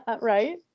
Right